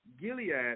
Gilead